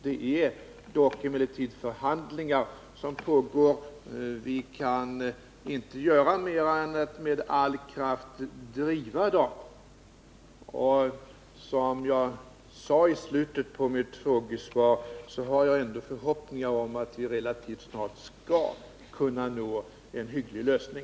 Det pågår dock förhandlingar, och vi kan inte göra mer än att vi med all kraft driver dem. Och som jag sade i slutet av mitt frågesvar har jag ändå förhoppningar om att vi relativt snart skall kunna nå en hygglig lösning.